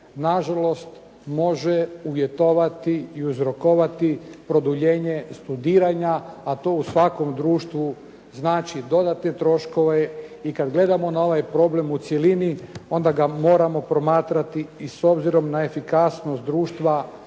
na žalost može uvjetovati i uzrokovati produljenje studiranja, a to u svakom društvu znači dodatne troškove i kada gledamo na ovaj problem u cjelini onda ga moramo promatrati i s obzirom na efikasnost društva